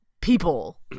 people